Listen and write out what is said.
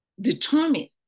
determine